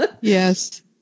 Yes